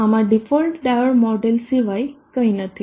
આમાં default diode model સિવાય કંઈ નથી